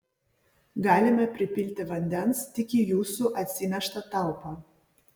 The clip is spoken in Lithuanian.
galime pripilti vandens tik į jūsų atsineštą talpą